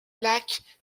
lacs